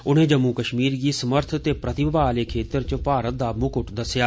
उने जम्मू कश्मीर गी समर्थ ते प्रतिभा आले क्षेत्र भारत दा मुक्ट दस्सेया